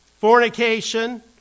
fornication